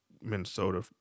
Minnesota